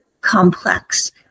complex